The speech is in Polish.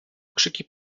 okrzyki